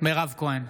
מירב כהן,